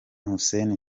hussein